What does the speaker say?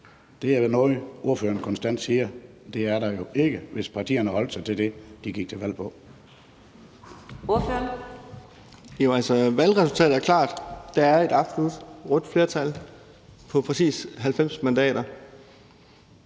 Det er noget, ordføreren konstant siger, men det er der jo ikke, hvis partierne holdt sig til det, de gik til valg på.